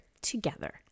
together